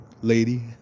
lady